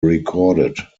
recorded